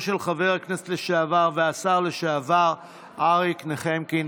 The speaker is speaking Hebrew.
של חבר הכנסת לשעבר והשר לשעבר אריק נחמקין.